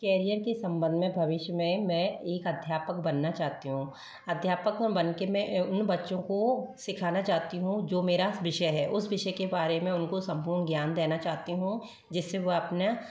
career के संबंध मे भविष्य मे मैं एक अध्यापक बनना चाहती हूँ अध्यापक बनके मैं बच्चों को सिखाना चाहती हूँ जो मेरा विषय है उस विषय के बारे में उनको सम्पूर्ण ज्ञान देना चाहती हूँ जिससे वो अपना